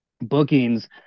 bookings